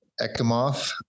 Ekimov